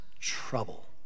trouble